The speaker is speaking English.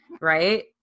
right